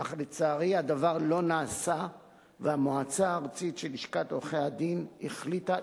אך לצערי הדבר לא נעשה והמועצה הארצית של לשכת עורכי-הדין החליטה,